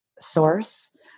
source